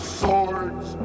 swords